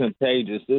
contagious